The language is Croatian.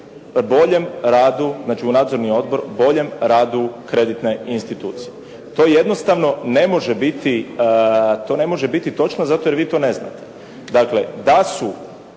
boljem radu, znači u nadzorni odbor, boljem radu kreditne institucije. To jednostavno ne može biti točno zato jer vi to neznate. Dakle, da su